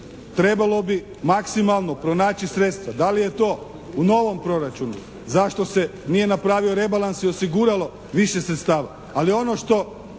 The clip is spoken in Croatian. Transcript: Trebalo bi maksimalno pronaći sredstva. Da li je to u novom proračunu, zašto se nije napravio rebalans i osiguralo više sredstava? Ali ono što